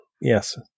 Yes